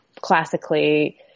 classically